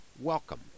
welcome